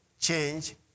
Change